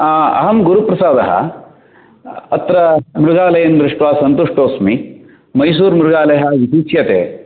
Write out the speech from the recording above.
आम् अहं गुरुप्रसादः अत्र मृगालयं दृष्ट्वा सन्तुष्टो अस्मि मैसूरमृगालयः रुच्यते